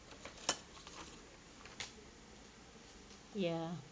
ya